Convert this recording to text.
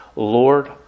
Lord